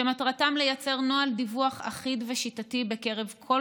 שמטרתם לייצר נוהל דיווח אחיד ושיטתי בקרב כל